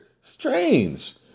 strange